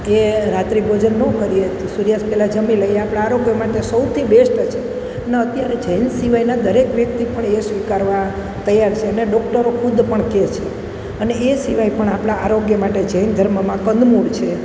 કે રાત્રિ ભોજન ન કરીએ સૂર્યાસ્ત પહેલાં જમી લઈએ આપણાં આરોગ્ય માટે સૌથી બેસ્ટ છે ને અત્યારે જૈન સિવાયનાં દરેક વ્યક્તિ પણ એ સ્વીકારવા તૈયાર છે ને ડોકટરો ખુદ પણ કહે છે અને એ સિવાય પણ આપણાં આરોગ્ય માટે જૈન ધર્મમાં કંદમૂળ છે